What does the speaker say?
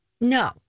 No